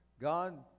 God